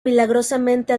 milagrosamente